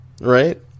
Right